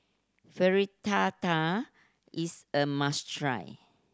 fritada is a must try